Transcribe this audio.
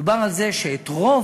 דובר על זה שאת רוב